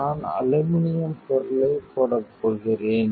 நான் அலுமினியப் பொருளைப் போடப் போகிறேன்